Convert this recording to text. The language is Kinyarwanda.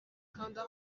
kanda